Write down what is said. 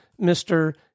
Mr